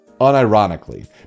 unironically